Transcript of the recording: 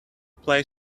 play